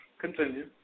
Continue